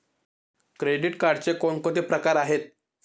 Credit कार्डचे कोणकोणते प्रकार आहेत?